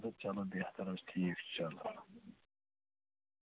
اچھا چَلو بہتَر حٲز ٹھیٖک چھُ چَلو